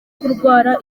kurwara